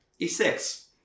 E6